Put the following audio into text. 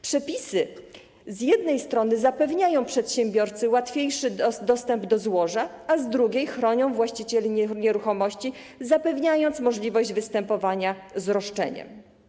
Przepisy z jednej strony zapewniają przedsiębiorcy łatwiejszy dostęp do złoża, a z drugiej chronią właścicieli nieruchomości, zapewniając możliwość występowania z roszczeniem.